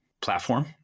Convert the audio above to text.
platform